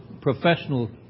professional